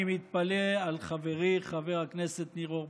אני מתפלא על חברי חבר הכנסת ניר אורבך,